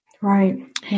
Right